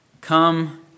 come